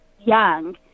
young